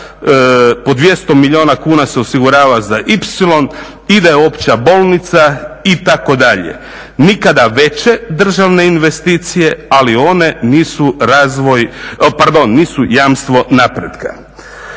Po 200 milijuna kuna se osigurava za ipsilon i da je opća bolnica itd. Nikada veće državne investicije, ali one nisu razvoj, pardon,